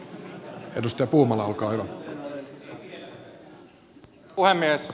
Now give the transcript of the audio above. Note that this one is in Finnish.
arvoisa puhemies